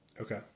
Okay